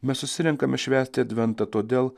mes susirenkame švęsti adventą todėl